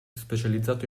specializzata